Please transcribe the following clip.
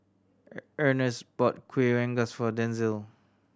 Ernest bought Kuih Rengas for Denzil